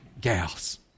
gals